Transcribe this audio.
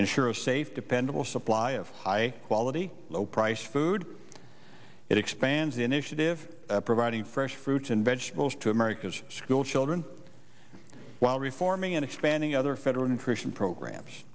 ensure a safe dependable supply of high quality low price food it expands initiative providing fresh fruits and vegetables to america's schoolchildren while reforming and expanding other federal nutrition programs